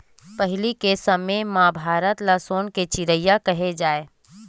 पहिली के समे म भारत ल सोन के चिरई केहे जाए